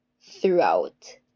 throughout